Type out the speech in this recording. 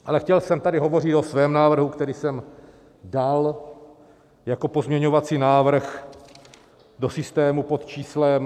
Ale chtěl jsem tady hovořit o svém návrhu, který jsem dal jako pozměňovací návrh do systému pod číslem 4879.